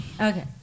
Okay